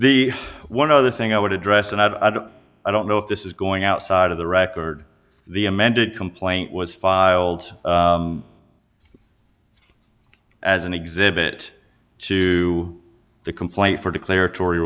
the one other thing i would address and i don't i don't know if this is going outside of the record the amended complaint was filed as an exhibit to the complaint for declarator